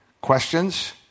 questions